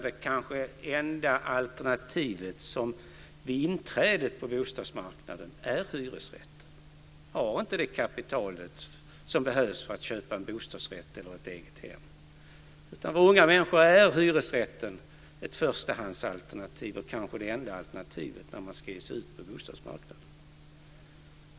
Det enda alternativet vid inträdet på bostadsmarknaden är kanske hyresrätten. De har inte det kapital som behövs för att köpa en bostadsrätt eller ett eget hem, utan för unga människor är hyresrätten ett förstahandsalternativ och kanske det enda alternativet när de ska ge sig ut på bostadsmarknaden.